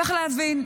צריך להבין,